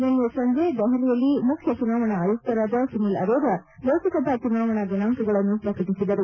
ನಿನ್ನೆ ಸಂಜೆ ದೆಹಲಿಯಲ್ಲಿ ಮುಖ್ಯ ಚುನಾವಣಾ ಆಯುಕ್ತರಾದ ಸುನಿಲ್ ಅರೋರಾ ಲೋಕಸಭೆ ಚುನಾವಣಾ ದಿನಾಂಕಗಳನ್ನು ಪ್ರಕಟಿಸಿದರು